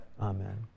Amen